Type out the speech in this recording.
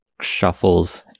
shuffles